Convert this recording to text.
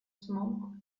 smoke